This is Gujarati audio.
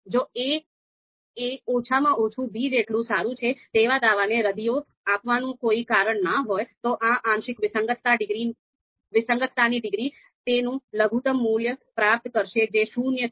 જો a એ ઓછામાં ઓછું b જેટલું સારું છે તેવા દાવાને રદિયો આપવાનું કોઈ કારણ ન હોય તો આ આંશિક વિસંગતતાની ડિગ્રી તેનું લઘુત્તમ મૂલ્ય પ્રાપ્ત કરશે જે શૂન્ય છે